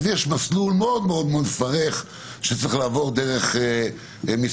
יש מסלול מאוד מאוד מפרך שצריך לעבור דרך משרד